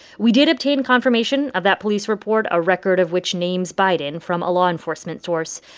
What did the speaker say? we did obtain confirmation of that police report, a record of which names biden, from a law enforcement source.